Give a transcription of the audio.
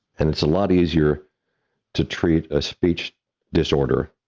and it's a lot easier to treat a speech disorder